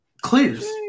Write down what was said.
Clears